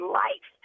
life